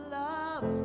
love